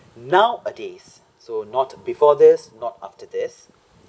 nowadays so not before this not after this